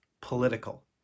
political